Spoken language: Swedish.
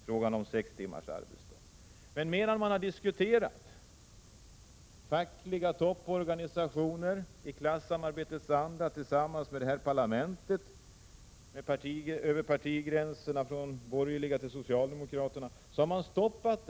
Men samtidigt som frågan har diskuterats av fackliga topporganisationer, i klassamarbetets anda, tillsammans med parlamentet och över partigränserna, från de borgerliga till socialdemokraterna, har kravet stoppats.